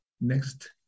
Next